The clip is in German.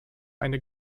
eine